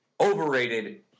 Overrated